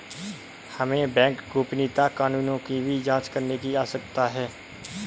हमें बैंक गोपनीयता कानूनों की भी जांच करने की आवश्यकता है